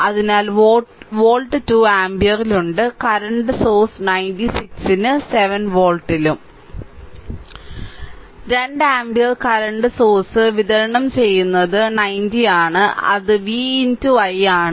അതിനാൽ വോൾട്ട് 2 ആമ്പിയറിലുണ്ട് current source 96 ന് 7 വോൾട്ടിലും 2 ആമ്പിയർ കറന്റ് സോഴ്സ് വിതരണം ചെയ്യുന്നത് 90 ആണ് അത് v i ആണ്